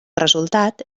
resultat